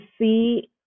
see